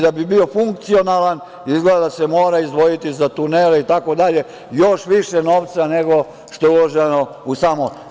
Da bi bio funkcionalan izgleda da se mora izdvojiti za tunele itd, još više novca nego što je uloženo u sam most.